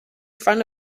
front